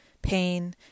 pain